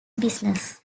business